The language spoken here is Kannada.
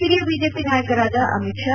ಹಿರಿಯ ಬಿಜೆಪಿ ನಾಯಕರಾದ ಅಮಿತ್ ಶಾ